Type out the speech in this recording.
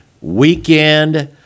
weekend